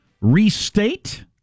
restate